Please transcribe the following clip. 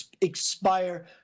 expire